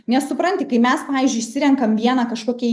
nes supranti kai mes pavyzdžiui išsirenkam vieną kažkokią